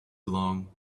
along